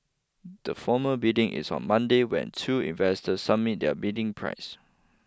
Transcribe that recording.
the formal bidding is on Monday when two investors submit their bidding prices